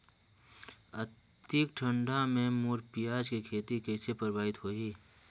अधिक ठंडा मे मोर पियाज के खेती कइसे प्रभावित होही?